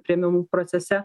priėmimo procese